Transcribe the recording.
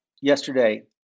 yesterday